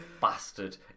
Bastard